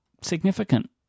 significant